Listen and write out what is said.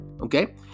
Okay